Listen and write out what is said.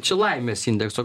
čia laimės indekso